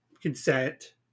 consent